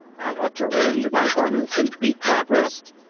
i ought to rend my garments and beat my breast,